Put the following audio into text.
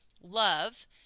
love